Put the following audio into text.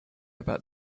about